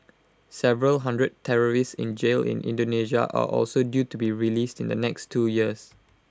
several hundred terrorists in jail in Indonesia are also due to be released in the next two years